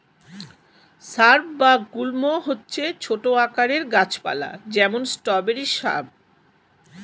shrub বা গুল্ম হচ্ছে ছোট আকারের গাছ পালা, যেমন স্ট্রবেরি শ্রাব